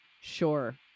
sure